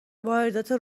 واردات